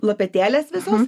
lopetėlės visos